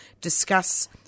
discuss